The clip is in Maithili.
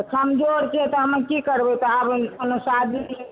तऽ कमजोर छै तऽ हमे की करबै पावनि कोनो शादी